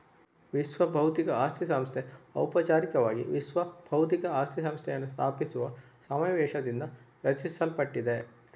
ವಿಶ್ವಬೌದ್ಧಿಕ ಆಸ್ತಿ ಸಂಸ್ಥೆ ಔಪಚಾರಿಕವಾಗಿ ವಿಶ್ವ ಬೌದ್ಧಿಕ ಆಸ್ತಿ ಸಂಸ್ಥೆಯನ್ನು ಸ್ಥಾಪಿಸುವ ಸಮಾವೇಶದಿಂದ ರಚಿಸಲ್ಪಟ್ಟಿದೆ